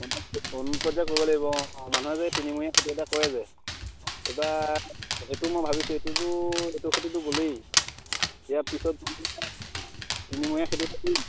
কৰিব লাগিব অ মানুহে যে তিনিমহীয়া খেতি এটা কৰে যে এইবাৰ সেইটো মই ভাবিছোঁ এইটোতো এইটো খেতিটো গ'লেই ইয়াৰ পিছত অ তিনিমহীয়া খেতি এটা কৰিম